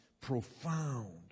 Profound